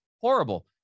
Horrible